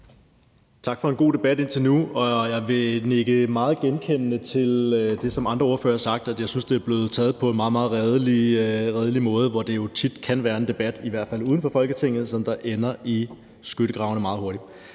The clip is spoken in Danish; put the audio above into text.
Tak for en god debat indtil nu, og jeg kan nikke meget genkendende til det, som andre ordførere har sagt, nemlig at det er blevet taget på en meget, meget redelig måde. Tit kan det jo være en debat, i hvert fald uden for Folketinget, som ender i skyttegravene. Det synes